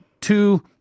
two